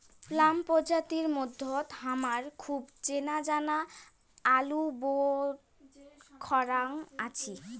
plum প্রজাতির মইধ্যে হামার খুব চেনাজানা আলুবোখরাও আছি